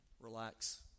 relax